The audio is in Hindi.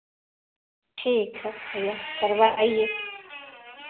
ठीक है भैया करवाइए